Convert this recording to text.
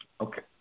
Okay